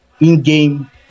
in-game